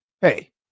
Hey